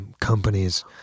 companies